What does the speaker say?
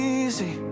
easy